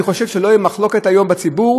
אני חושב שלא תהיה מחלוקת היום בציבור,